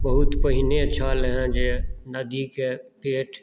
बहुत पहीने छल जे नदीके पेट